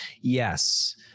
Yes